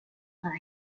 dans